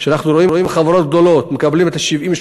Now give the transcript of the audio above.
אנחנו רואים שחברות גדולות מקבלות 70%,